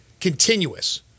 continuous